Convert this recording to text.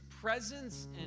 presence